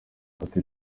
ati